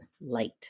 light